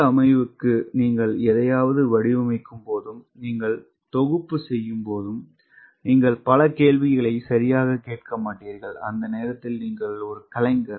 உள்ளமைவுக்கு நீங்கள் எதையாவது வடிவமைக்கும்போதும் நீங்கள் தொகுப்பு செய்யும் போது நீங்கள் பல கேள்விகளை சரியாகக் கேட்க மாட்டீர்கள் அந்த நேரத்தில் நீங்கள் ஒரு கலைஞர்